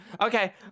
Okay